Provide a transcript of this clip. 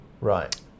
Right